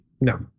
No